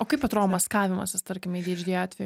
o kaip atrodo maskavimasis tarkim adhd atveju